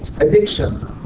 addiction